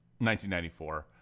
1994